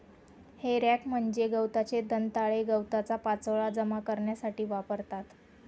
हे रॅक म्हणजे गवताचे दंताळे गवताचा पाचोळा जमा करण्यासाठी वापरतात